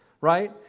right